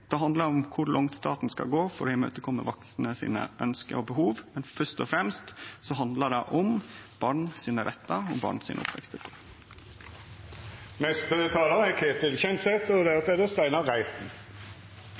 Det handlar om kor langt staten skal gå for å imøtekome vaksne sine ønske og behov. Men først og fremst handlar det om barn sine rettar og barn